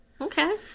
Okay